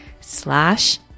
slash